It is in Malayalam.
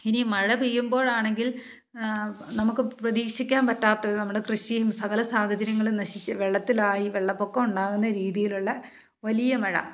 ഇനി മഴ പെയ്യുമ്പോഴാണെങ്കിൽ നമുക്ക് പ്രതീക്ഷിക്കാൻ പറ്റാത്തത് നമ്മുടെ കൃഷിയും സകല സാഹചര്യങ്ങളും നശിച്ചു വെള്ളത്തിലായി വെള്ളപ്പൊക്കമുണ്ടാകുന്ന രീതിയിലുള്ള വലിയ മഴ